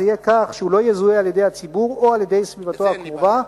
זה יהיה כך שהוא לא יזוהה על-ידי הציבור או על-ידי סביבתו הקרובה,